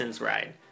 ride